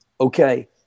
okay